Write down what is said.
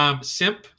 Simp